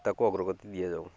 ତାକୁ ଅଗ୍ରଗତି ଦିଆଯାଉ